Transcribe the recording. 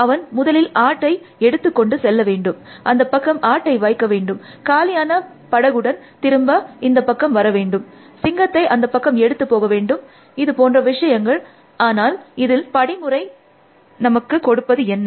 அவன் முதலில் ஆட்டை எடுத்து கொண்டு செல்ல வேண்டும் அந்த பக்கம் ஆட்டை வைக்க வேண்டும் காலியான படகுடன் திரும்ப இந்த பக்கம் வர வேண்டும் சிங்கத்தை அந்த பக்கம் எடுத்து கொண்டு போக வேண்டும் இது போன்ற விஷயங்கள் ஆனால் இதில் படிமுறை நமக்கு கொடுப்பது என்ன